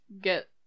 get